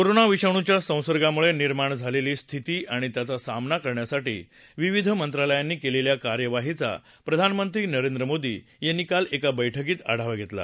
corona विषाणूचा संसर्गामुळे निर्माण झालेली स्थिती आणि त्याचा सामना करण्यासाठी विविध मंत्रालयानी केलेल्या कार्यवाहीचा प्रधानमंत्री नरेंद्र मोदी यांनी काल एका बैठकीत आढावा घेतला